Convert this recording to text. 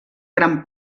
gran